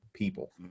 people